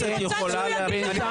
אני רוצה שהוא יגיד לך.